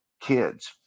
kids